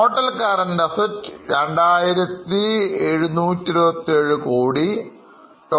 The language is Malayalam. total current assets 2727 കോടിയാണ്